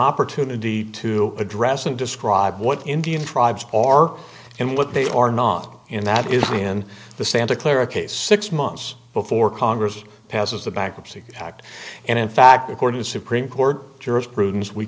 opportunity to address and describe what indian tribes are and what they are not and that is in the santa clara case six months before congress passes the bankruptcy act and in fact according to supreme court